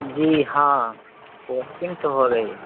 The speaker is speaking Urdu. جی ہاں پوسٹنگ تو ہو گئی ہے